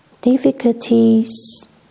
difficulties